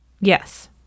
yes